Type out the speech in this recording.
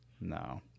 No